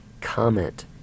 comment